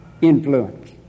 influence